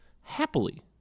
happily